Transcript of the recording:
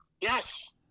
Yes